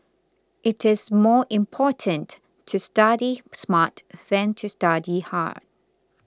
it is more important to study smart than to study hard